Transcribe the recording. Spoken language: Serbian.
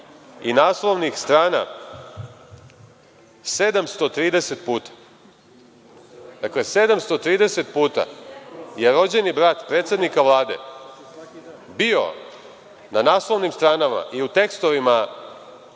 i naslovnih strana 730 puta. Dakle, 730 puta je rođeni brat predsednika Vlade bio na naslovnim stranama i u tekstovima